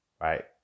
right